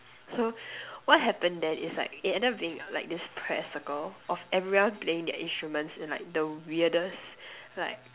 so what happen then is like it ended up being like this prayer circle of everyone playing their instruments in like the weirdest like